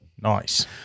Nice